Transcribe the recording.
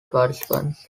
participants